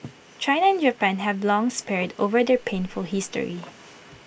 China and Japan have long sparred over their painful history